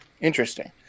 Interesting